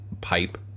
pipe